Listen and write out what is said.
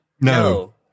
No